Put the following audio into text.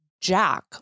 Jack